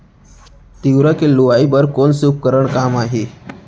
तिंवरा के लुआई बर कोन से उपकरण काम आही?